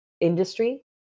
industry